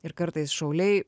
ir kartais šauliai